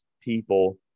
people